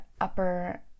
upper